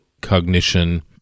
cognition